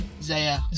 Zaya